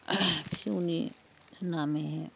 फिसौनि नामैहै